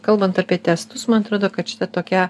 kalbant apie testus man atrodo kad šita tokia